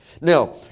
Now